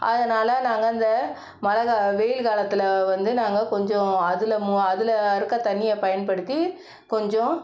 அதனால் நாங்கள் இந்த மழை கா வெயில் காலத்தில் வந்து நாங்கள் கொஞ்சம் அதில் மு அதில் இருக்கற தண்ணியை பயன்படுத்தி கொஞ்சம்